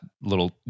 little